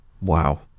Wow